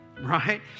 right